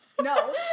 No